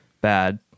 bad